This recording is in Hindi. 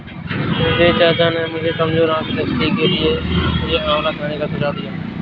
मेरे चाचा ने मेरी कमजोर आंख दृष्टि के लिए मुझे आंवला खाने का सुझाव दिया है